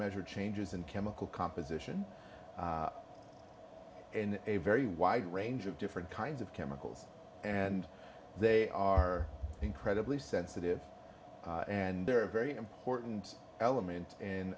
measure changes in chemical composition and a very wide range of different kinds of chemicals and they are incredibly sensitive and they're a very important element